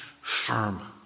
firm